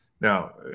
Now